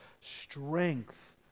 Strength